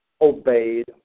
obeyed